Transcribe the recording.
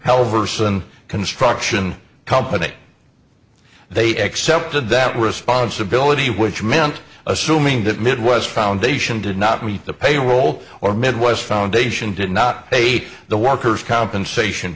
however some construction company they accepted that responsibility which meant assuming that midwest foundation did not meet the payroll or midwest foundation did not pay the workers compensation